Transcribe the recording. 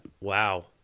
wow